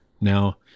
Now